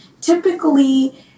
typically